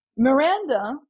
Miranda